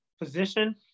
position